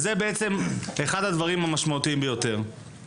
זה בעצם אחד הדברים המשמעותיים ביותר.